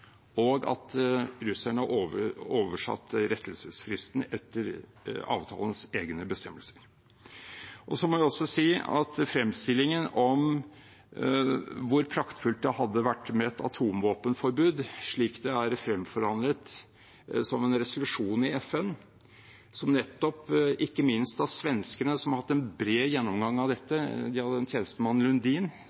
oversatt rettelsesfristen etter avtalens egne bestemmelser. Så må jeg også si noe om fremstillingen om hvor praktfullt det hadde vært med et atomvåpenforbud, slik det er fremforhandlet som en resolusjon i FN, ikke minst av svenskene, som har hatt en bred gjennomgang av dette. De hadde en tjenestemann,